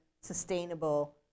sustainable